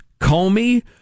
Comey